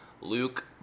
luke